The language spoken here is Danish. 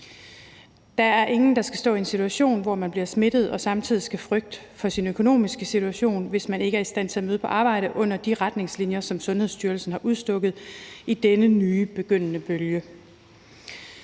Der er ingen, der skal stå i en situation, hvor man bliver smittet og samtidig skal frygte for sin økonomiske situation, hvis man ikke er i stand til at møde på arbejde under de retningslinjer, som Sundhedsstyrelsen har udstukket i denne nye begyndende bølge.